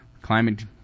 climate